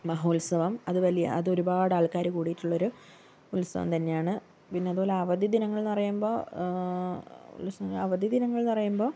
മഹോത്സവം അത് വലിയ അത് ഒരുപാടാൾക്കാർ കൂടിയിട്ടുള്ളൊരു ഉത്സവം തന്നെയാണ് പിന്നെ അതുപോലെ അവധി ദിനങ്ങളെന്നു പറയുമ്പോൾ അവധി ദിനങ്ങളെന്നു പറയുമ്പോൾ